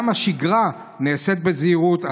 גם השגרה נעשית בזהירות.